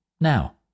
now